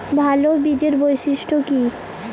ভাল বীজের বৈশিষ্ট্য কী?